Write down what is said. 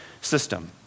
system